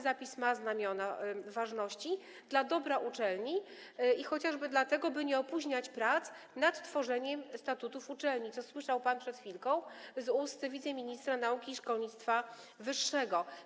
Zapis ma znamiona ważności dla dobra uczelni, chociażby dlatego, by nie opóźniać prac nad tworzeniem statutów uczelni, co słyszał pan przed chwilką z ust wiceministra nauki i szkolnictwa wyższego.